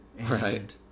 Right